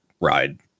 ride